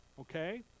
Okay